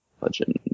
Legend